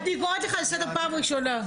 אני קוראת אותך לסדר פעם ראשונה.